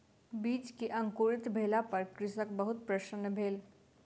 बीज के अंकुरित भेला पर कृषक बहुत प्रसन्न भेल